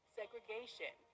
segregation